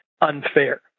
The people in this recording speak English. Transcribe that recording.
unfair